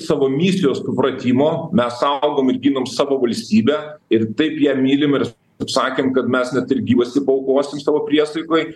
savo misijos supratimo mes saugom ir ginam savo valstybę ir taip ją mylim ir kaip sakėm kad mes net ir gyvastį paaukosim savo priesaikoj